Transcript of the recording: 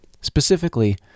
Specifically